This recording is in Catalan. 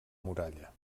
muralla